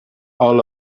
all